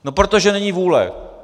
No protože není vůle!